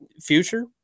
future